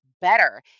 better